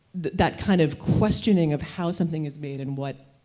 that kind of questioning of how something is made and what.